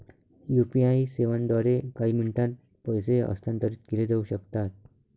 UPI सेवांद्वारे काही मिनिटांत पैसे हस्तांतरित केले जाऊ शकतात